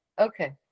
okay